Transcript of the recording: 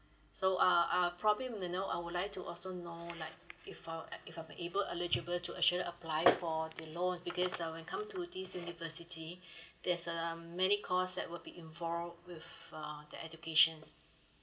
so uh I probably want to know I would like to also know like if I'm if I'm able eligible to actually apply for the loan because uh when come to this university there's um many course that will be involved with uh the educations